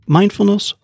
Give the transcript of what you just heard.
Mindfulness